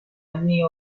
anni